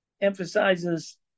emphasizes